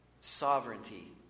sovereignty